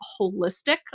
holistic